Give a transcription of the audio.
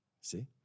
See